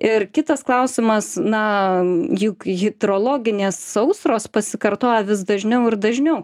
ir kitas klausimas na juk hidrologinės sausros pasikartoja vis dažniau ir dažniau